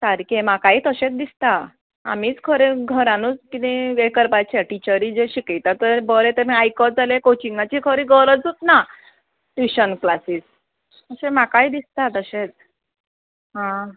सारकें म्हाकाय तशेंत दिसता आमीच खरें घरानूच किदें हें करपाचें टिचरी जें शिकयता तर बरें तें मागी आयकतले कोचिंगांची खरी गरजूच ना ट्युशन क्लासीस अशें म्हाकाय दिसता तशेंच आं